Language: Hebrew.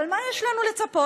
אבל למה יש לנו לצפות?